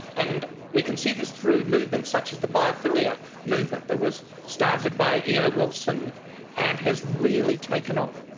and we can see this through movements such as the biophilia movement that was started by eo wilson and has really taken off.